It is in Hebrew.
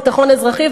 בביטחון האזרחי,